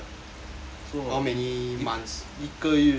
how many months